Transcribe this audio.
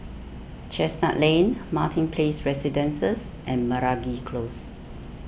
Chestnut Lane Martin Place Residences and Meragi Close